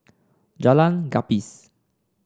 Jalan Gapis